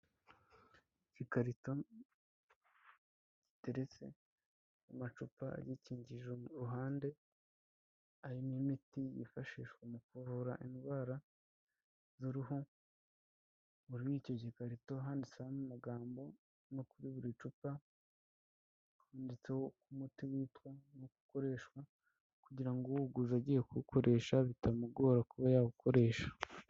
Igikarito giteretseho amacupa agikikije mu ruhande arimo imiti yifashishwa mu kuvura indwara z'uruhu. Kur’icyo gikarito handitseho amagambo, no kuri buri cupa handitseho uk’umuti witwa nuk’ukoreshwa, kugira ngo uwuguze agiye kuwukoresha bitamugora kuba yawukoresha.